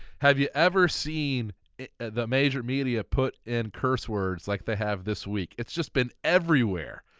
have you ever seen the major media put in curse words like they have this week? it's just been everywhere.